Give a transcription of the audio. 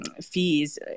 fees